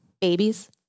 Babies